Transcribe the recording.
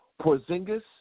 Porzingis